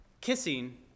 kissing